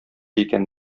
икән